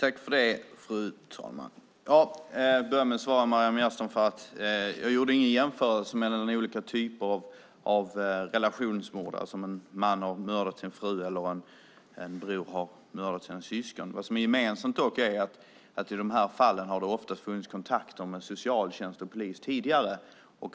Fru talman! Jag börjar med att svara Maryam Yazdanfar att jag inte gjorde någon jämförelse mellan olika typer av relationsmord, alltså om en man har mördat sin fru eller om en bror har mördat sina syskon. Vad som dock är gemensamt är att i de här fallen har det ofta funnits kontakter med socialtjänst och polis tidigare.